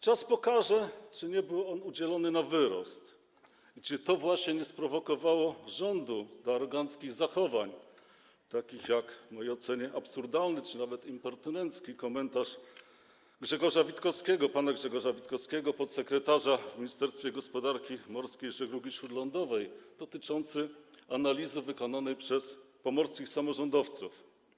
Czas pokaże, czy nie był on udzielony na wyrost i czy to właśnie nie sprowokowało rządu do aroganckich zachowań, takich tak w mojej ocenie absurdalny czy nawet impertynencki komentarz pana Grzegorza Witkowskiego, podsekretarza w Ministerstwie Gospodarki Morskiej i Żeglugi Śródlądowej, dotyczący analizy wykonanej przez pomorskich samorządowców.